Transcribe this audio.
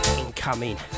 incoming